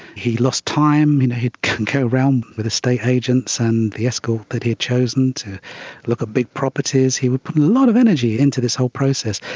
he lost time, you know he'd go around with estate agents and the escort that he had chosen to look at ah big properties, he would put a lot of energy into this whole process,